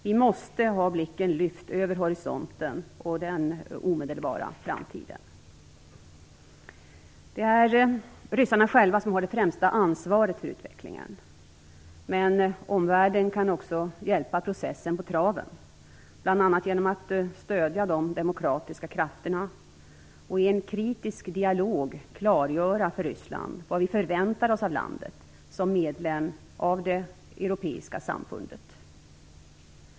Vi måste ha blicken lyft över horisonten och den omedelbara framtiden. Det är ryssarna själva som har det främsta ansvaret för utvecklingen. Men omvärlden kan också hjälpa processen på traven, bl.a. genom att stödja de demokratiska krafterna och i en kritisk dialog klargöra för Ryssland vad vi förväntar oss av landet som medlem av det europeiska samfundet.